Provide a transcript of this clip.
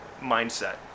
mindset